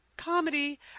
Comedy